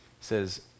Says